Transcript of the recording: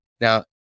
Now